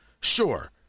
sure